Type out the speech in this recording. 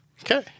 Okay